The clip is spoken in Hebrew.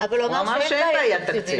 אבל הוא אמר שאין בעיה תקציבית.